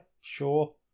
sure